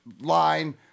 line